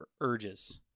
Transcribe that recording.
urges